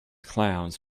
clowns